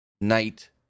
Night